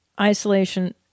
isolation